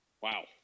Wow